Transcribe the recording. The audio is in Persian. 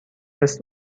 است